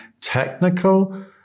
technical